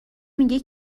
میگه